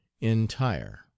entire